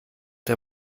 der